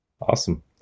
Awesome